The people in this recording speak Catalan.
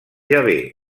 jahvè